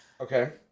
Okay